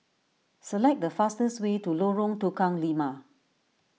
select the fastest way to Lorong Tukang Lima